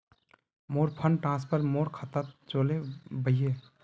मोर fund transfer मोर खातात चले वहिये